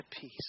peace